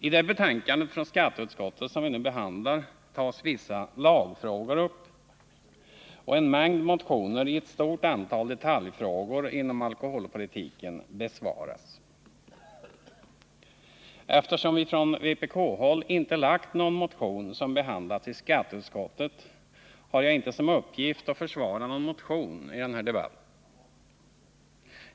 I det betänkande från skatteutskottet som vi nu behandlar tas vissa lagfrågor upp och en mängd motioner i ett stort antal detaljfrågor inom alkoholpolitiken besvaras. Eftersom vi från vpk-håll inte väckt någon motion som behandlas i skatteutskottet, har jag inte till uppgift att försvara någon motion i den här debatten.